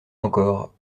encore